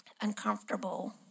uncomfortable